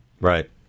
Right